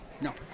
No